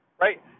right